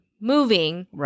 moving